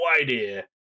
idea